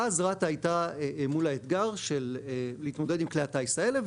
רת"א הייתה מול האתגר של התמודדות מול כלי הטיס האלה,